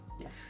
Yes